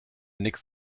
nix